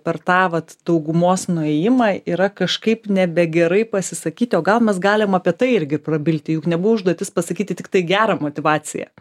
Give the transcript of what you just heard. per tą vat daugumos nuėjimą yra kažkaip nebegerai pasisakyti o gal mes galim apie tai irgi prabilti juk nebuvo užduotis pasakyti tiktai gerą motyvaciją